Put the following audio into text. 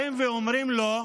באים ואומרים לו: